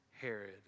Herod